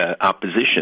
opposition